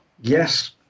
Yes